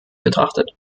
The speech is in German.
betrachtet